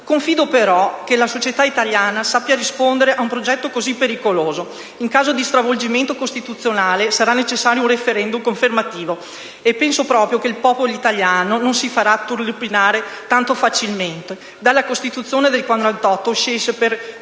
Confido, però, che la società italiana sappia rispondere a un progetto così pericoloso. In caso di stravolgimento costituzionale sarà necessario un *referendum* confermativo e penso proprio che il popolo italiano non si farà turlupinare tanto facilmente. Dalla Costituzione del 1948 si esce per